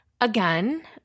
again